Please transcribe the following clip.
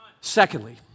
Secondly